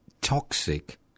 toxic